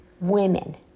women